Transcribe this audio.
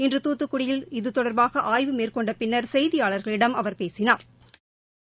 இன்று துத்துக்குடியில் இது தொடர்பாக ஆய்வு மேற்கொண்ட பின்னர் செய்தியாளர்களிடம் அவர் பேசினா்